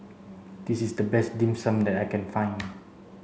this is the best dim sum that I can find